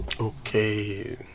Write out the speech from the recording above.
Okay